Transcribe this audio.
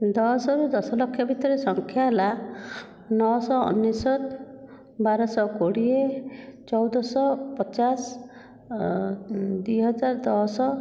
ଦଶରୁ ଦଶଲକ୍ଷ ଭିତରେ ସଂଖ୍ୟା ହେଲା ନଅଶହ ଅନେଶ୍ୱତ ବାର ଶହ କୋଡ଼ିଏ ଚଉଦ ଶହ ପଚାଶ ଦୁଇ ହଜାର ଦଶ